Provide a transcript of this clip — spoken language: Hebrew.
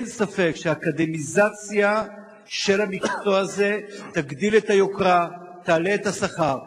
אין ספק שאקדמיזציה של המקצוע הזה תגדיל את היוקרה ותעלה את השכר.